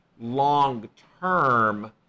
long-term